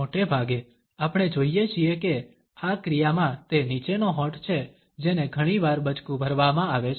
મોટેભાગે આપણે જોઇએ છીએ કે આ ક્રિયામાં તે નીચેનો હોઠ છે જેને ઘણીવાર બચકુ ભરવામાં આવે છે